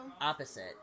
Opposite